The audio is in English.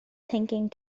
thinking